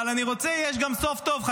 אבל אני רוצה, יש גם סוף טוב.